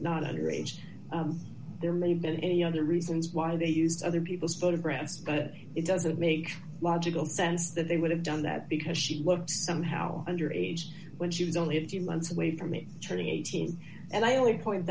not under age there may have been any other reasons why they used other people's photographs but it doesn't make logical sense that they would have done that because she looks somehow under age when she was only a few months away from it turning eighteen and i only point